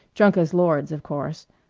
drunk as lords, of course.